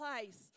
place